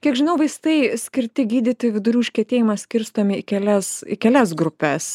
kiek žinau vaistai skirti gydyti vidurių užkietėjimą skirstomi į kelias į kelias grupes